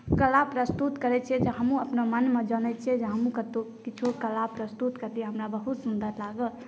कल प्रस्तुत करै छियै जे हमहुँ अपना मनमे जनैत छियै जे हमहुँ कतहुँ कला प्रस्तुत करबै हमरा बहुत सुन्दर लागत